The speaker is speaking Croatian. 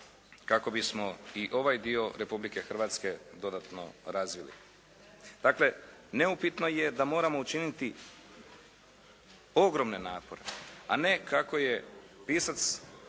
kako bismo i ovaj dio Republike Hrvatske dodatno razvili. Dakle, neupitno je da moramo učiniti ogromne napore a ne kako je pisac